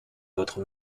votre